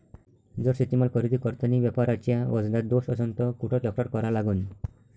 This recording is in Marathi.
जर शेतीमाल खरेदी करतांनी व्यापाऱ्याच्या वजनात दोष असन त कुठ तक्रार करा लागन?